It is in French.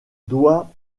doit